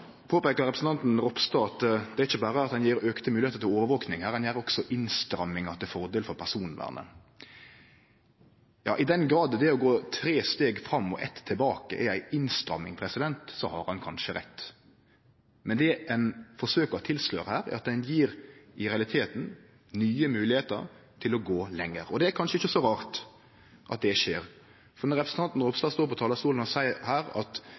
peiker representanten Ropstad på at det ikkje berre er det at ein gjev fleire moglegheiter til overvaking, ein gjer også innstrammingar til fordel for personvernet. I den grad det å gå tre steg fram og eitt tilbake er ei innstramming, så har han kanskje rett. Men det ein forsøkjer å tilsløre her, er at ein i realiteten gjer det mogleg å gå lenger. Det er kanskje ikkje så rart at det skjer. For når representanten Ropstad står på talarstolen her og seier at